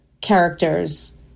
characters